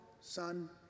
Son